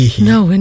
no